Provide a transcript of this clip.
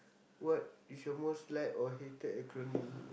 what is your most liked or hated acronym